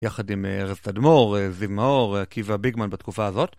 יחד עם ארז תדמור, זיו מאור, עקיבא ביגמן בתקופה הזאת.